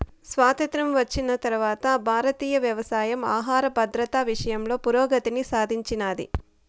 స్వాతంత్ర్యం వచ్చిన తరవాత భారతీయ వ్యవసాయం ఆహర భద్రత విషయంలో పురోగతిని సాధించినాది